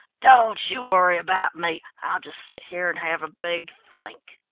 don't you worry about me. i'll just sit here and have a big think.